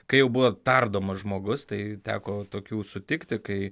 kai jau buvo tardomas žmogus tai teko tokių sutikti kai